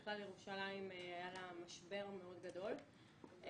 בכלל לירושלים היה משבר מאוד גדול,